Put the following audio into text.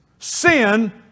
Sin